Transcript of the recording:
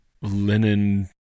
linen